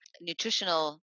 nutritional